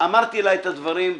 אמרתי לה את הדברים,